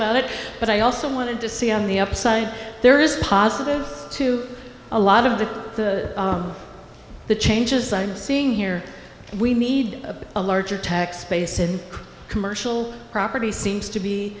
about it but i also wanted to see on the upside there is a positive to a lot of that the changes i'm seeing here we need a larger tax base in commercial property seems to be